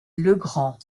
legrand